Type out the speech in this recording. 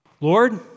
Lord